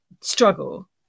struggle